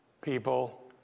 people